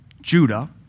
Judah